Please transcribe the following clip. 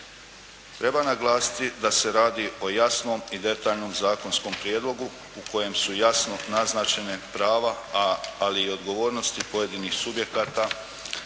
Treba naglasiti da se radi o jasnom i detaljnom zakonskom prijedlogu u kojem su jasno naznačena prava, ali i odgovornosti pojedinih subjekata